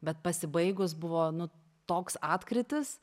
bet pasibaigus buvo nu toks atkrytis